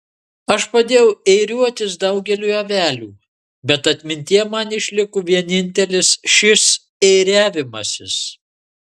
aš padėjau ėriuotis daugeliui avelių bet atmintyje man išliko vienintelis šis ėriavimasis